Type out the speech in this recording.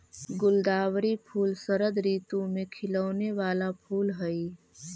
गुलदावरी फूल शरद ऋतु में खिलौने वाला फूल हई